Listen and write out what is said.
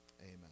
amen